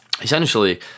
essentially